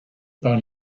par